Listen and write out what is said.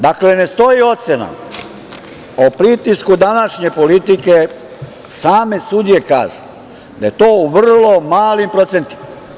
Dakle, ne stoji ocena o pritisku današnje politike same sudije kažu da je to u vrlo malim procentima.